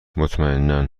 مطمئنا